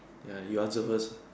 ya you answer first